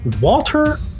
Walter